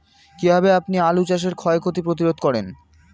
কীভাবে আপনি আলু চাষের ক্ষয় ক্ষতি প্রতিরোধ করেন?